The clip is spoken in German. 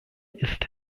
ist